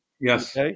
Yes